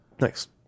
next